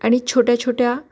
आणि छोट्या छोट्या